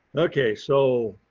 okay, so